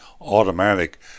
automatic